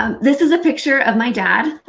um this is a picture of my dad.